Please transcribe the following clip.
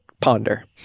Ponder